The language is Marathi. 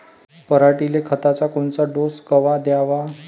पऱ्हाटीले खताचा कोनचा डोस कवा द्याव?